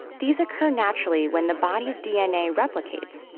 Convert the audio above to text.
these occur naturally when the body's dna replicates,